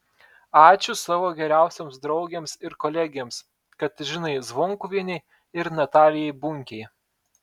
ačiū savo geriausioms draugėms ir kolegėms katažinai zvonkuvienei ir natalijai bunkei